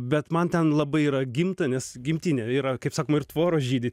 bet man ten labai yra gimta nes gimtinė yra kaip sakoma ir tvoros žydi